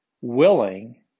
willing